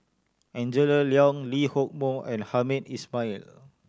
Angela Liong Lee Hock Moh and Hamed Ismail